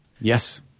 Yes